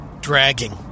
dragging